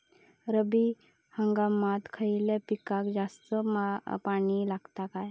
रब्बी हंगामात खयल्या पिकाक जास्त पाणी लागता काय?